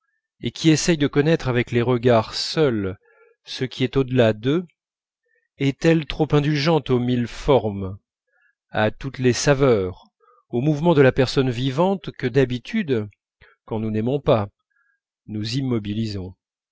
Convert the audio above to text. et qui essaye de connaître avec les regards seuls ce qui est au delà d'eux est-elle trop indulgente aux mille formes à toutes les saveurs aux mouvements de la personne vivante que d'habitude quand nous n'aimons pas nous immobilisons